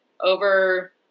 over